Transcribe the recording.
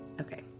okay